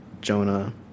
Jonah